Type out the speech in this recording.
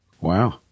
Wow